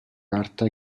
carta